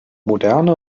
moderne